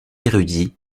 érudit